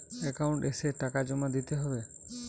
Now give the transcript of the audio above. Account এসে টাকা জমা দিতে হবে?